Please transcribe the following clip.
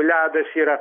ledas yra